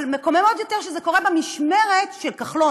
אבל מקומם עוד יותר שזה קורה במשמרת של כחלון,